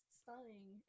stunning